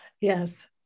Yes